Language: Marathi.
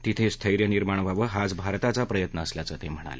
तिथे स्थैर्य निर्माण व्हावं हाच भारताचा प्रयत्न असल्याचं ते म्हणाले